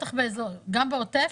גם בעוטף,